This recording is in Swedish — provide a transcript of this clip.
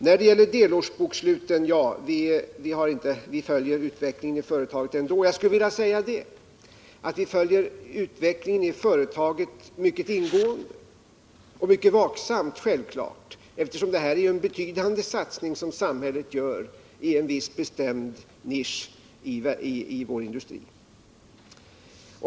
I anslutning till frågan om delårsbokslut vill jag säga att vi självfallet följer utvecklingen i företaget mycket ingående och mycket vaksamt. Det är självklart, eftersom samhället här gör en betydande satsning på en bestämd nisch i vår industri.